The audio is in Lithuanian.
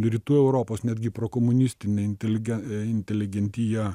rytų europos netgi prokomunistinė inteligen inteligentija